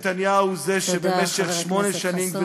נתניהו הוא זה שבמשך שמונה שנים,